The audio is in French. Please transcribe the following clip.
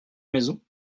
maison